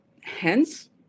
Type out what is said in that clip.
Hence